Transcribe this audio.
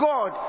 God